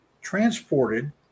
transported